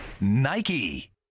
Nike